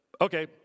Okay